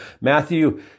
Matthew